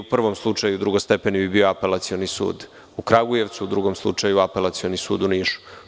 U prvom slučaju drugostepeni bi bio Apelacioni sud u Kragujevcu, u drugom slučaju Apelacioni sud u Nišu.